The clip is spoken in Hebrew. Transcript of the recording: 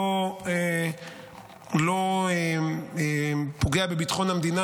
לא פוגע בביטחון המדינה,